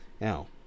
Now